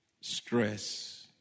stress